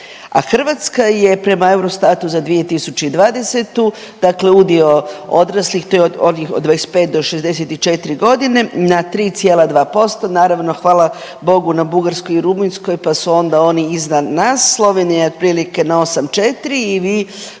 A Hrvatska je prema Eurostatu za 2020. dakle udio odraslih, to je onih od 25 do 64.g. na 3,2%. Naravno hvala Bogu na Bugarskoj i Rumunjskoj, pa su onda oni iznad nas, Slovenija je otprilike